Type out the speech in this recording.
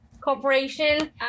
corporation